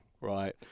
right